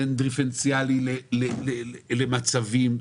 כן דיפרנציאלי למצבים.